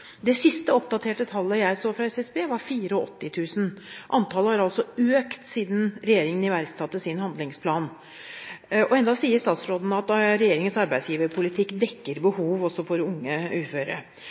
Det siste oppdaterte tallet jeg så fra SSB, var 84 000. Antallet har altså økt siden regjeringen iverksatte sin handlingsplan, og ennå sier statsråden at regjeringens arbeidsgiverpolitikk dekker